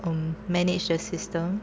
um manage the system